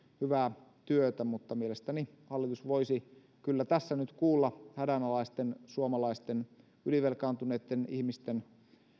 hyvää työtä mutta mielestäni hallitus voisi kyllä tässä nyt kuulla hädänalaisten suomalaisten ylivelkaantuneitten ihmisten